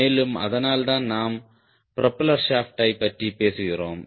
மேலும் அதனால்தான் நாம் ப்ரொபெல்லர் ஷாப்ட்டைப் பற்றி பேசுகிறோம்